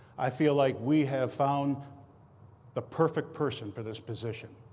i feel like we have found the perfect person for this position.